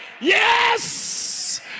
Yes